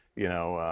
you know,